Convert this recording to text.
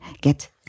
get